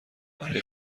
برای